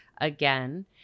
again